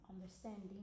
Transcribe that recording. understanding